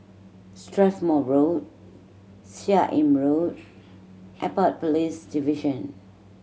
Strathmore Road Seah Im Road Airport Police Division